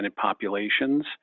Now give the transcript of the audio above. populations